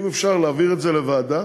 אם אפשר להעביר את זה לוועדה